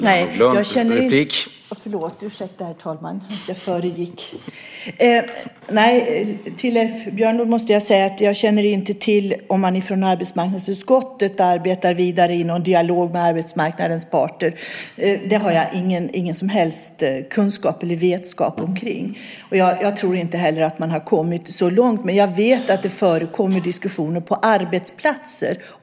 Herr talman! Till Leif Björnlod måste jag säga att jag inte känner till om man från arbetsmarknadsutskottet arbetar vidare i någon dialog med arbetsmarknadens parter. Det har jag ingen som helst kunskap eller vetskap omkring. Jag tror inte heller att man har kommit så långt, men jag vet att det förekommer diskussioner på arbetsplatser.